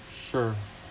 sure